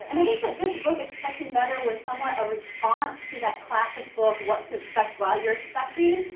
and i think that this book, expecting better, was somewhat a response to that classic book what to expect while you're expecting,